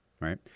right